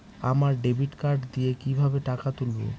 আমরা debit card দিয়ে কিভাবে টাকা তুলবো?